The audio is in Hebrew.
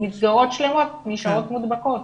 מסגרות שלמות נשארות מודבקות.